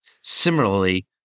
Similarly